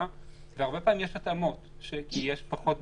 והרבה פעמים יש התאמות של התדירות,